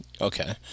okay